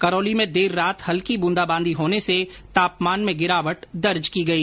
करौली में देर रात हल्की ब्रंदाबांदी होने से तापमान में गिरावट दर्ज की गई